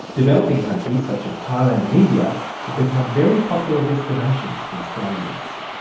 developing countries such as thailand and india have become very popular destinations for australians.